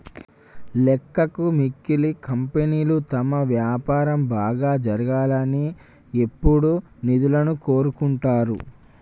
లెక్కకు మిక్కిలి కంపెనీలు తమ వ్యాపారం బాగా జరగాలని ఎప్పుడూ నిధులను కోరుకుంటరు